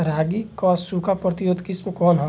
रागी क सूखा प्रतिरोधी किस्म कौन ह?